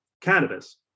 cannabis